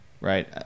right